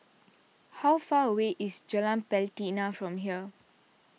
how far away is Jalan Pelatina from here